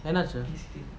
என்னாச்சு:ennaachu